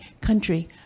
country